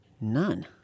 None